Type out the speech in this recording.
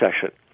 session